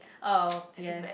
oh yes